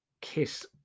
kiss